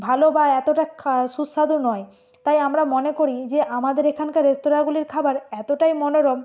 ভালো বা এতোটা খা সুস্বাদু নয় তাই আমরা মনে করি যে আমাদের এখানকার রেস্তোরাঁগুলির খাবার এতোটাই মনোরম